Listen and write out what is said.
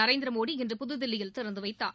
நரேந்திரமோடி இன்று புதுதில்லியில் திறந்து வைத்தார்